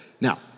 now